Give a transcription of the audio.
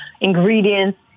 ingredients